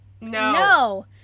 no